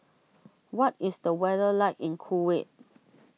what is the weather like in Kuwait